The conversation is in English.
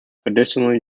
additionally